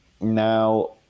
now